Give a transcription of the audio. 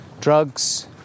drugs